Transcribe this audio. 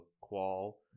qual